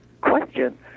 question